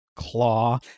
Claw